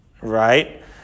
Right